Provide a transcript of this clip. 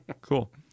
cool